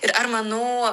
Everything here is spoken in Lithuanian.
ir ar manau